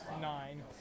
nine